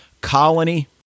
Colony